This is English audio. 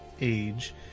age